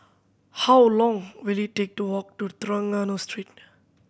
how long will it take to walk to Trengganu Street